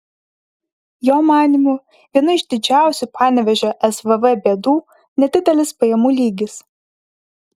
jo manymu viena iš didžiausių panevėžio svv bėdų nedidelis pajamų lygis